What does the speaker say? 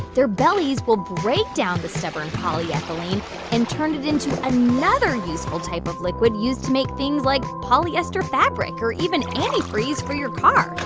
their bellies will break down the stubborn polyethylene and turn it into another useful type of liquid used to make things like polyester fabric or even antifreeze for your car.